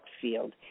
field